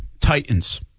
Titans